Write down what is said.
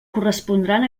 correspondran